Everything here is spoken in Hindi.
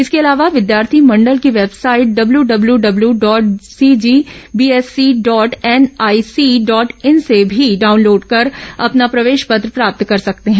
इसके अलावा विद्यार्थी मंडल की website W W W dot CGBSE dot NIC dot in से भी डाउनलोड कर अपना प्रवेश पत्र प्राप्त कर सकते हैं